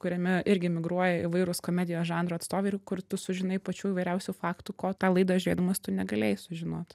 kuriame irgi migruoja įvairūs komedijos žanro atstovai ir kur tu sužinai pačių įvairiausių faktų ko tą laidą žiūrėdamas tu negalėjai sužinoti